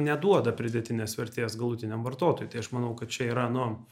neduoda pridėtinės vertės galutiniam vartotojui tai aš manau kad čia yra nu